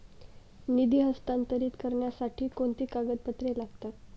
निधी हस्तांतरित करण्यासाठी कोणती कागदपत्रे लागतात?